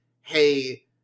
Hey